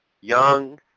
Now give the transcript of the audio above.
young